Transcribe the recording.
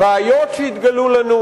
בעיות שהתגלו לנו,